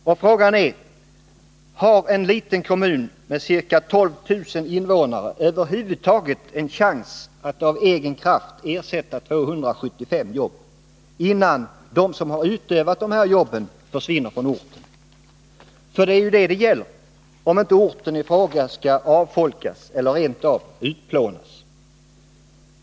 Och frågan är: Har en liten kommun med ca 12 000 invånare över huvud taget en chans att av egen kraft ersätta 275 jobb, innan de som har utövat dessa jobb försvinner från orten? För det är ju vad det gäller, om inte orten i fråga skall avfolkas eller rent av utplånas.